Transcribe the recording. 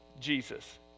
Jesus